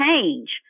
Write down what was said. change